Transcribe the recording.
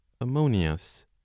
Ammonius